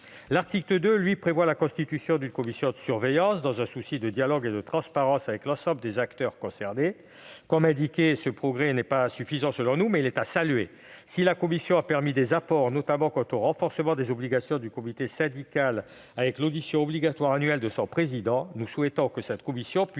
L'article 2 prévoit quant à lui la constitution d'une commission de surveillance, dans un souci de dialogue et de transparence avec l'ensemble des acteurs concernés. J'y insiste : selon nous, ce progrès n'est pas suffisant, mais il mérite d'être salué. Si la commission a permis des apports, notamment le renforcement des obligations du comité syndical, avec l'audition obligatoire annuelle de son président, nous souhaitons que cette instance puisse